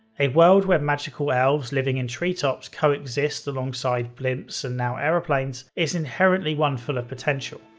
a world where magical elves living in treetops coexist alongside blimps and now aeroplanes is inherently one full of potential,